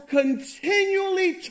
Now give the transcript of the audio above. continually